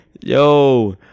Yo